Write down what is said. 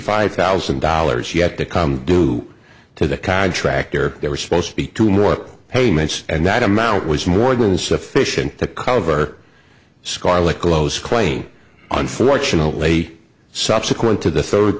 five thousand dollars yet to come due to the contractor they were supposed to be to more payments and that amount was more than sufficient to cover scarlett close claim unfortunately subsequent to the third